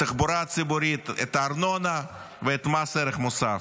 התחבורה הציבורית, את הארנונה ואת מס הערך המוסף,